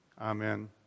Amen